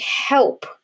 help